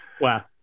Wow